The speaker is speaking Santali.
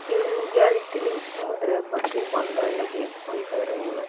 ᱤᱧ ᱜᱮᱞ ᱴᱤᱬᱤᱡ ᱢᱩᱫᱽᱨᱮ ᱵᱟᱹᱛᱤ ᱵᱚᱱᱫᱚᱭ ᱞᱟᱹᱜᱤᱫ ᱩᱭᱦᱟᱹᱨᱟᱹᱧ ᱢᱮ